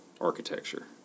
architecture